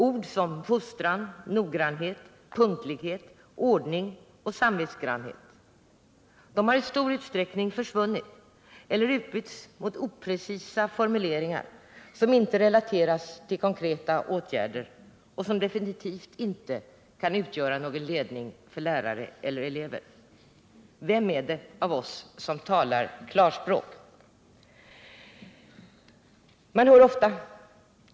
Ord som fostran, noggrannhet, punktlighet, ordning och samvetsgrannhet har i stor utsträckning försvunnit eller utbytts mot oprecisa formuleringar som inte relateras till konkreta åtgärder och som definitivt inte kan utgöra någon ledning för lärare eller elever. Vem av oss är det som talar klarspråk?